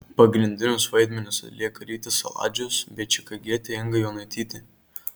pagrindinius vaidmenis atlieka rytis saladžius bei čikagietė inga jonaitytė